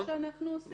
זה מה שאנחנו עושים.